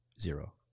zero